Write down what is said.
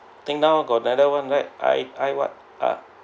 think now got another one right I_ I_ what ah